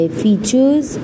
features